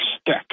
Stick